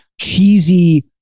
cheesy